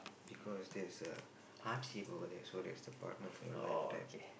because there's a heart shape over there so that's a partner for your lifetime